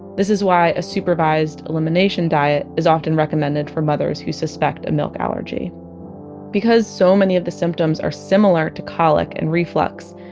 this is why a supervised elimination diet is often recommended for mothers who suspect a milk allergy because so many of the symptoms are similar to colic and reflux,